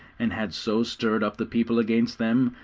and had so stirred up the people against them,